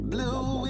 Blue